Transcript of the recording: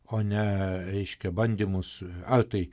o ne reiškia bandymus ar tai